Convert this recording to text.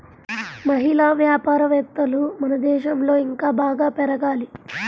మహిళా వ్యాపారవేత్తలు మన దేశంలో ఇంకా బాగా పెరగాలి